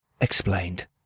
explained